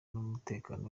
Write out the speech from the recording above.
n’umutekano